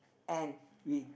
and we